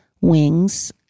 wings